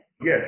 Yes